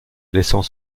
laissant